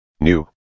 New